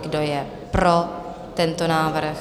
Kdo je pro tento návrh?